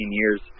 years